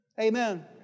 Amen